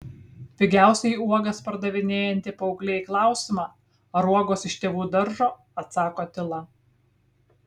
pigiausiai uogas pardavinėjanti paauglė į klausimą ar uogos iš tėvų daržo atsako tyla